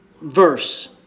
verse